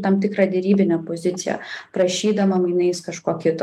tam tikrą derybinę poziciją prašydama mainais kažko kito